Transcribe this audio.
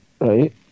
Right